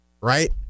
Right